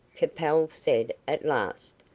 capel said, at last,